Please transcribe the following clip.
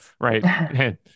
right